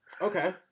Okay